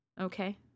okay